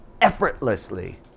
effortlessly